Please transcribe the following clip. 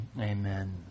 amen